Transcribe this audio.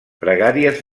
pregàries